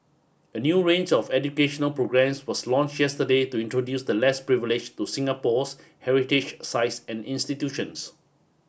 a new range of educational programmes was launched yesterday to introduce the less privileged to Singapore's heritage sites and institutions